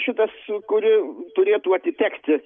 šitas kuri turėtų atitekti